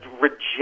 reject